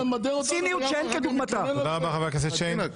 תודה רבה חבר הכנסת שיין.